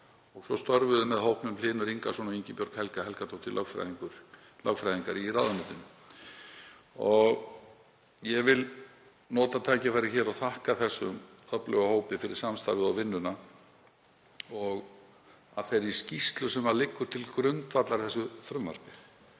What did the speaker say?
Svo störfuðu með hópnum Hlynur Ingason og Ingibjörg Helga Helgadóttir, lögfræðingar í ráðuneytinu. Ég vil nota tækifærið hér og þakka þessum öfluga hópi fyrir samstarfið og vinnuna og þá skýrslu sem liggur til grundvallar frumvarpinu.